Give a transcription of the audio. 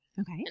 okay